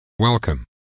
welcome